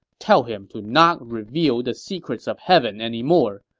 tell him to not reveal the secrets of heaven anymore,